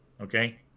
okay